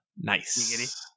Nice